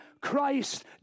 Christ